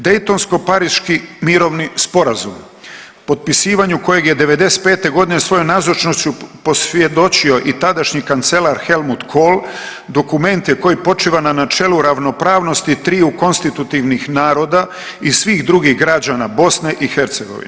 Daytonsko-pariški mirovni sporazum potpisivanju kojeg je 95. godine svojom nazočnošću posvjedočio i tadašnji kancelar Helmut Kohl dokument je koji počiva na načelu ravnopravnosti triju konstitutivnih naroda i svih drugih građana Bosne i Hercegovine.